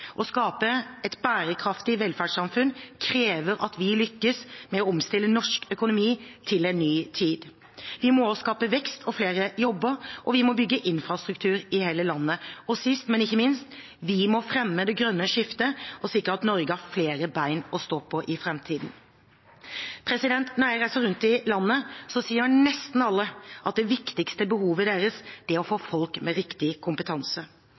Å skape et bærekraftig velferdssamfunn krever at vi lykkes med å omstille norsk økonomi til en ny tid. Vi må også skape vekst og flere jobber, og vi må bygge infrastruktur i hele landet. Og sist, men ikke minst: Vi må fremme det grønne skiftet og sikre at Norge har flere bein å stå på i framtiden. Når jeg reiser rundt i landet, sier nesten alle at det viktigste behovet deres er å få folk med riktig kompetanse.